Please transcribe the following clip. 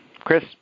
Chris